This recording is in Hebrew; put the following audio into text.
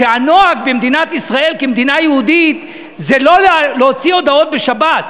שהנוהג במדינת ישראל כמדינה יהודית זה לא להוציא הודעות בשבת,